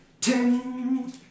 ting